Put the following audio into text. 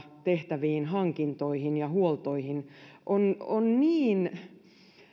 tehtäviin hankintoihin ja huoltoihin on niin